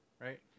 Right